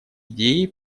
идеи